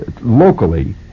locally